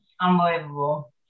Unbelievable